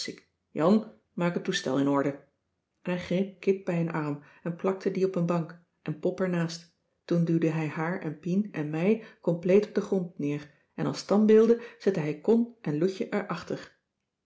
jan maak het toestel in orde en hij greep kit bij een arm en plakte die op een bank en pop er naast toen duwde hij haar en pien en mij compleet op den grond neer en als standbeelden zette hij con en loutje